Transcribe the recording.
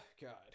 God